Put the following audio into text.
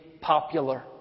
popular